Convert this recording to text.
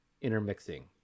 intermixing